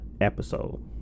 episode